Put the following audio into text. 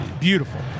beautiful